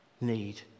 need